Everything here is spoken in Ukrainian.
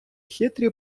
хитрі